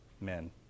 men